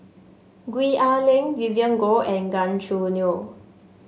Gwee Ah Leng Vivien Goh and Gan Choo Neo